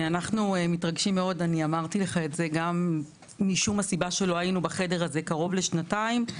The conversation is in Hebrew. אנחנו מתרגשים מאוד משום שלא היינו בחדר הזה קרוב לשנתיים,